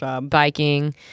biking